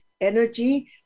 energy